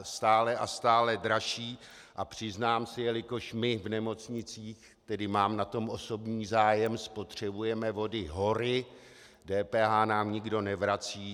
Je stále a stále dražší a přiznám se, jelikož my v nemocnicích, tedy mám na tom osobní zájem, spotřebujeme vody hory, DPH nám nikdo nevrací.